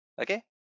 okay